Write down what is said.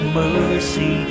mercy